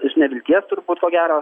iš nevilties turbūt ko gero